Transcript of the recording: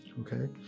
Okay